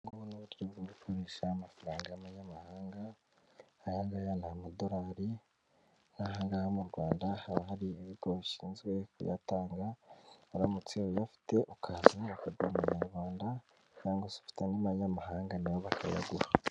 Uburyo bwo gukoresha amafaranga y'abanyamahanga, ayangaya ni amadolari ahangaha mu Rwanda haba hari ibigo bishinzwe kuyatanga uramutse uyafite ukaza ukabona amanyarwanda cyangwa n'amabanyamahanga nayo barayagira.